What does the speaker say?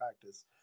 practice